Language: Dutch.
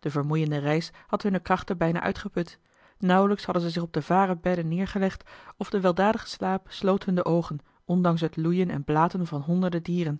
de vermoeiende reis had hunne krachten bijna uitgeput nauwelijks hadden ze zich op de varen bedden neergelegd of de weldadige slaap sloot hun de oogen ondanks het loeien en blaten van honderden dieren